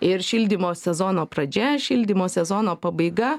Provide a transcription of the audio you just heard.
ir šildymo sezono pradžia šildymo sezono pabaiga